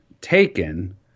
taken